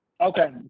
Okay